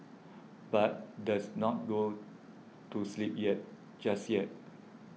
but does not go to sleep yet just yet